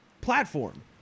platform